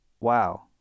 Wow